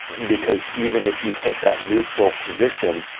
because even if you take that neutral position,